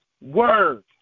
word